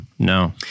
No